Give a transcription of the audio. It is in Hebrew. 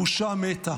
הבושה מתה.